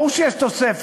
ברור שיש תוספת,